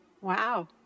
Wow